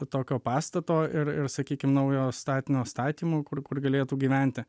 tokio pastato ir ir sakykim naujo statinio statymu kur kur galėtų gyventi